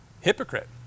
hypocrite